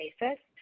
basis